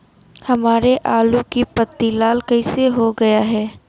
हमारे आलू की पत्ती लाल कैसे हो गया है?